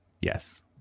Yes